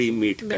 meet